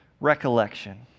recollection